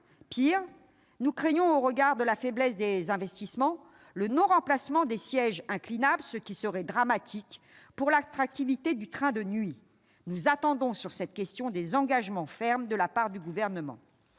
Pis, nous craignons, au regard de la faiblesse des investissements, le non-remplacement des sièges inclinables, ce qui serait dramatique pour l'attractivité du train de nuit. Nous attendons sur cette question des engagements fermes de la part du Gouvernement.